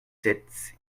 sept